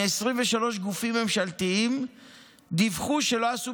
מ-23 גופים ממשלתיים דיווחו שלא עשו